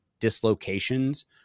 dislocations